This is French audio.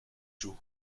joe